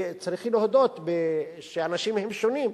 וצריך להודות שאנשים הם שונים,